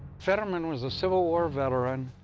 fetterman was a civil war veteran.